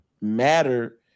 matter